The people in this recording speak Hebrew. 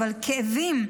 אבל כאבים.